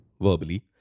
verbally